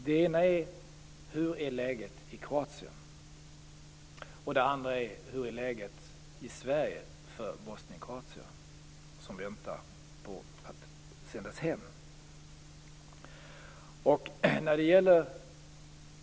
Den ena är hur läget är i Kroatien, och den andra är hur läget är i Sverige för bosnienkroater som väntar på att sändas hem.